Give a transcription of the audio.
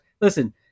Listen